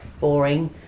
boring